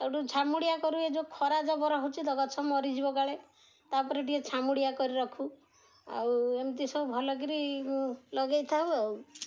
ସେଇଠୁ ଛାମୁଡ଼ିଆ କରୁ ଏ ଯେଉଁ ଖରା ଜବର ହେଉଛି ତ ଗଛ ମରିଯିବ କାଳେ ତା'ପରେ ଟିକେ ଛାମୁଡ଼ିଆ କରି ରଖୁ ଆଉ ଏମିତି ସବୁ ଭଲକରି ଲଗେଇ ଥାଉ ଆଉ